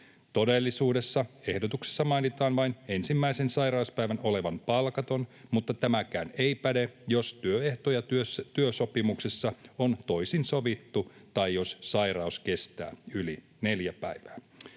Todellisuudessa ehdotuksessa mainitaan vain ensimmäisen sairauspäivän olevan palkaton, mutta tämäkään ei päde, jos työehto- tai työsopimuksessa on toisin sovittu tai jos sairaus kestää yli neljä päivää.